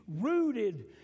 rooted